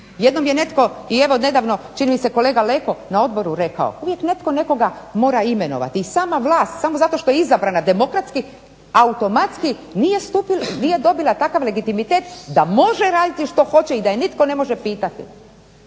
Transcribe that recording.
Jednom je netko i evo nedavno čini mi se kolega Leko na odboru rekao, uvijek netko nekoga mora imenovati i sama vlast samo zato što je izabrana demokratski automatski nije dobila takav legitimitet da može raditi što hoće i da je nitko ne može pitati.